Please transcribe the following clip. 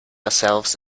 ourselves